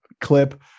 clip